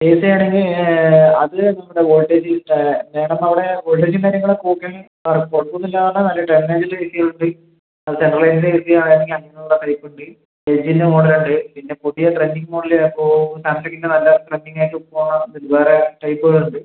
A C ആണെങ്കിൽ അത് നമ്മുടെ വോൾട്ടേജ് മാഡം അവിടെ വോൾട്ടേജും കാര്യങ്ങൾ ഒക്കെ ഓക്കെ ആണെങ്കിൽ കുഴപ്പം ഒന്നും ഇല്ലാ പറഞ്ഞാൽ നല്ല സെൻട്രലൈസ്ഡ് എ സിയും ഉണ്ട് സെൻട്രലൈസ്ഡ് എ സി ആണെങ്കിൽ അഞ്ഞൂറ് ആ റേറ്റ് ഉണ്ട് ഫ്രിഡ്ജിൻ്റെ മോഡൽ ഉണ്ട് പിന്നെ പുതിയ ട്രെൻഡിംഗ് മോഡൽ ഇപ്പോൾ സാംസങ്ങിൻ്റെ നല്ല ട്രെൻഡിംഗ് ആയിട്ട് ഇപ്പോൾ വേറെ ടൈപ്പുകൾ ഉണ്ട്